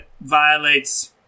violates